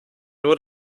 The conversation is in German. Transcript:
nur